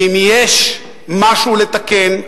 ואם יש משהו לתקן,